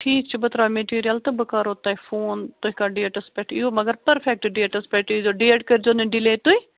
ٹھیٖک چھُ بہٕ ترٛاو مِٹیٖریَل تہٕ بہٕ کَرہو تۄہہِ فون تُہۍ کَتھ ڈیٹس پٮ۪ٹھ یِیو مگر پٔرفٮ۪کٹہٕ ڈیٹس پٮ۪ٹھ ییٖزیٚو ڈیٹ کٔرۍزیٚو نہٕ ڈِلے تُہۍ